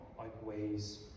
outweighs